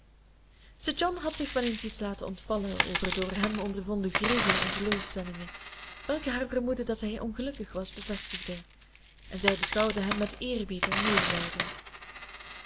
sir john had zich wel eens iets laten ontvallen over door hem ondervonden grieven en teleurstellingen welke haar vermoeden dat hij ongelukkig was bevestigden en zij beschouwde hem met eerbied en medelijden